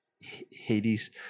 Hades